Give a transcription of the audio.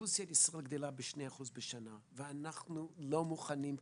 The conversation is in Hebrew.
ישראל גדלה ב-2% בשנה ואנחנו לא מוכנים כמערכת.